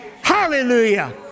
Hallelujah